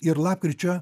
ir lapkričio